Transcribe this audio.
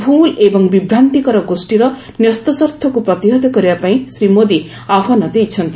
ଭୁଲ୍ ଏବଂ ବିଭ୍ରାନ୍ତିକର ଗୋଷ୍ଠୀର ନ୍ୟସ୍ୱାର୍ଥକୁ ପ୍ରତିହତ କରିବାପାଇଁ ଶ୍ରୀ ମୋଦି ଆହ୍ୱାନ ଦେଇଛନ୍ତି